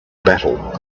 battle